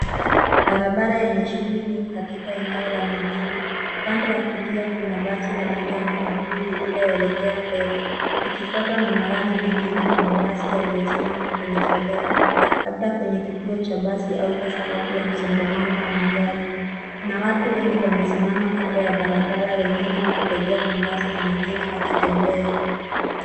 Barabara yenye shughuli nyingi katika eneo la mijini, upande wa kulia kuna basi la manjano na buluu lililoelekea mbele, likifuatwa na magari mengine na mabasi yaliyosimama kwenye foleni, labda kwenye kituo cha basi au kwa sababu ya msongomano wa magari. Kuna watu wengi wamesimama kando ya barabara wengine wakingojea mabasi na wengine wakitembea.